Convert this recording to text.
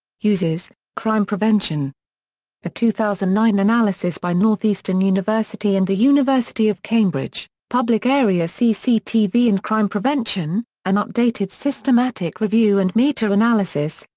uses crime prevention a two thousand and nine analysis by northeastern university and the university of cambridge, public area cctv and crime prevention an updated systematic review and meta-analysis,